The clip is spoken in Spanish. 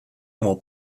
como